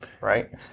right